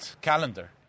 calendar